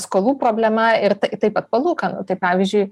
skolų problema ir tai taip pat palūkanų tai pavyzdžiui